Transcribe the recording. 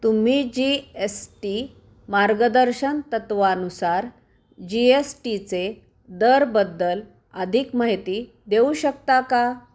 तुम्ही G S T मार्गदर्शन तत्वानुसार जी एस टीचे दर बद्दल अधिक माहिती देऊ शकता का